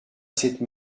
cette